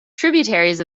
tributaries